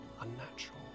unnatural